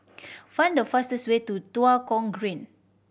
find the fastest way to Tua Kong Green